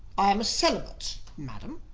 i am a celibate, madam.